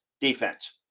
Defense